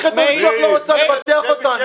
אף אחד בביטוח לא רצה לבטח אותנו.